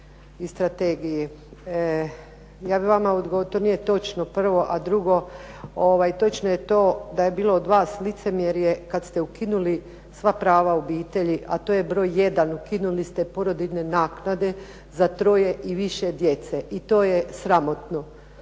i strategiji. To nije točno, prvo. A drugo, točno je to da je bilo od vas licemjerje kada ste ukinuli sva prava obitelji, a to je broj jedan. Uklinili ste porodiljine naknade za troje i više djece. i to je sramotno.